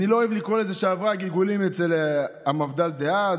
אני לא אוהב לקרוא לזה שהיא עברה גלגולים אצל המפד"ל דאז,